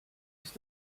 ist